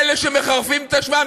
אלו שמחרפים את נפשם?